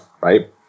right